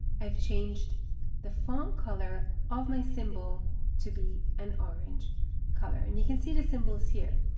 i've changed the font color of my symbol to be an orange color. and you can see the symbols here.